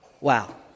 wow